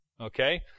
okay